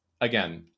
again